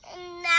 Now